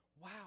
wow